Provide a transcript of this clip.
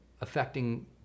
affecting